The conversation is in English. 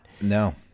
No